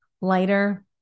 lighter